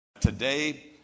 Today